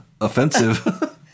offensive